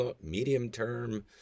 medium-term